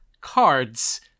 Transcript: cards